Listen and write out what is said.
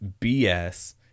BS